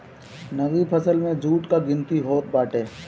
नगदी फसल में जुट कअ गिनती होत बाटे